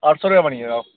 अट्ठ सौ रपेआ बनी गेदा ओह्